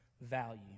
value